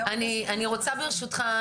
ברשותך,